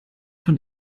von